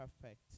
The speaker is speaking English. perfect